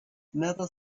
never